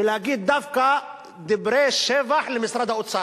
ולהגיד דווקא דברי שבח למשרד האוצר.